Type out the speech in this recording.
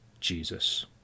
Jesus